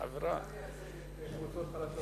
היא גם מייצגת שכבות חלשות.